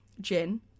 gin